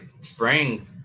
spring